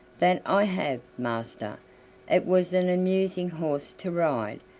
that i have, master it was an amusing horse to ride,